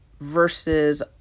versus